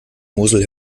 mosel